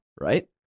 right